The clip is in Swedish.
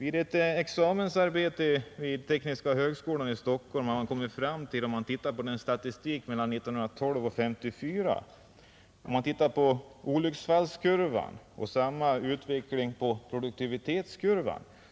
I ett examensarbete vid tekniska högskolan i Stockholm har framkom mit, om man studerar den statistik som finns mellan åren 1912 och 1954, att olycksfallskurvan visar samma utveckling som produktivitetskurvan.